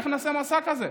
איך נעשה מסע כזה?